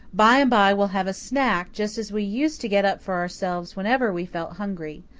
by and by we'll have a snack just as we used to get up for ourselves whenever we felt hungry.